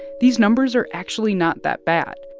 these numbers are actually not that bad.